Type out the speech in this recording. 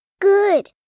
Good